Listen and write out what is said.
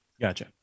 Gotcha